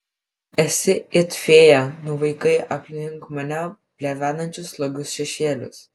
esi it fėja nuvaikai aplink mane plevenančius slogius šešėlius